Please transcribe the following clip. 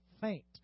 faint